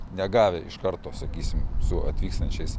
negavę iš karto sakysim su atvykstančiais